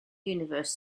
universe